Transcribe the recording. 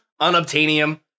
unobtainium